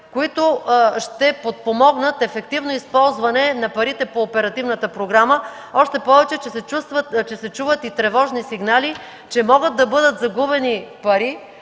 които ще подпомогнат ефективно използване на парите по оперативната програма, още повече че се чуват тревожни сигнали, че могат да бъдат загубени пари